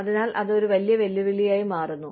അതിനാൽ അത് ഒരു വലിയ വെല്ലുവിളിയായി മാറുന്നു